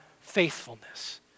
faithfulness